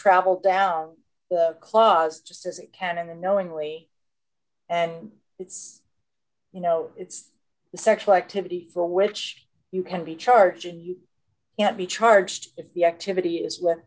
travel down the clause just as it can in the knowingly and it's you know it's the sexual activity for which you can be charge and you can't be charged if the activity is w